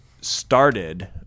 started